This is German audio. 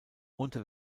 unter